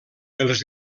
els